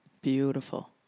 Beautiful